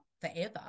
forever